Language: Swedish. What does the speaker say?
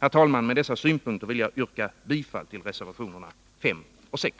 Fru talman! Mot bakgrund av dessa synpunkter yrkar jag bifall till reservationerna 5 och 6.